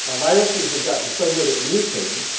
um viruses have gotten so good at mutating,